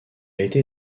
été